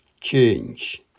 change